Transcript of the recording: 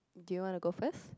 do you wanna go first